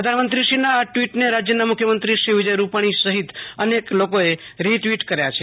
પ્રધાનમંત્રીશ્રીના આ ટવીટને રાજયના મુખ્યમંત્રી શ્રી વિજય રૂપાણી સહિત અનેક લોકોએ રીટવીટ કર્યો છે